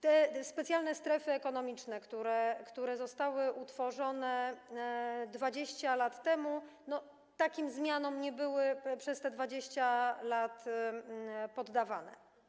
Te specjalne strefy ekonomiczne, które zostały utworzone 20 lat temu, takim zmianom nie były przez te 20 lat poddawane.